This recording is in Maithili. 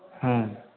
ह्म्म